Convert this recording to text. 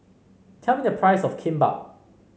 tell me the price of Kimbap